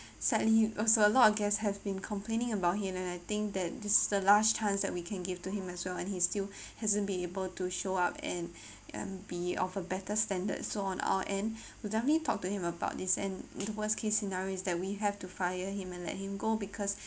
sadly also a lot guests have been complaining about him and I think that this the last chance that we can give to him as well and he's still hasn't been able to show up and and be of a better standards so on our end we definitely talk to him about this and the worst case scenario is that we have to fire him and let him go because